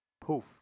Poof